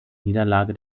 niederlage